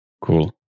Cool